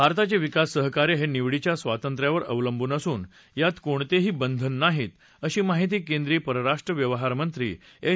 भारताचे विकास सहकार्य हे निवडीच्या स्वातंत्र्यावर अवलंबून असून यात कोणतेही बंधन नाहीत अशी माहिती केंद्रिय परराष्ट्र व्यवहार मंत्री एस